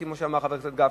כמו שאמר חבר הכנסת גפני.